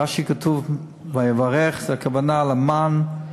רש"י כותב: "ויברך" הכוונה למן.